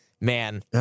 man